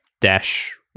dash